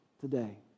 today